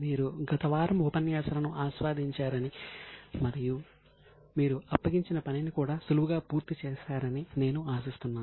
మీరు గత వారం ఉపన్యాసాలను ఆస్వాదించారని మరియు మీరు అప్పగించిన పనిని కూడా సులువుగా పూర్తి చేశారని నేను ఆశిస్తున్నాను